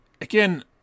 again